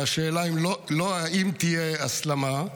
והשאלה היא לא אם תהיה הסלמה,